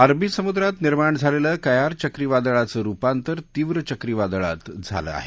अरबी समुद्रात निर्माण झालेलं कयार चक्रीवादळाचं रूपांतर तीव्र चक्रीवादळात झालं आहे